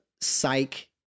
psych